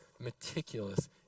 meticulous